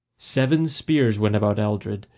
seven spears went about eldred,